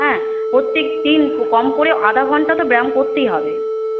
হ্যাঁ প্রত্যেকদিন কম করেও আধ ঘণ্টা তো ব্যায়াম করতেই হবে